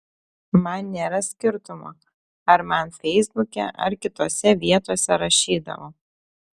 man nėra skirtumo ar man feisbuke ar kitose vietose rašydavo